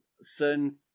certain